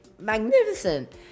magnificent